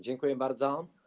Dziękuję bardzo.